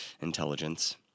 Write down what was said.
intelligence